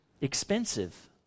expensive